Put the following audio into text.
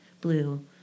blue